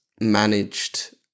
managed